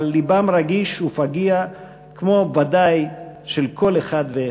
אבל לבם רגיש ופגיע ודאי כמו של כל אחד ואחד.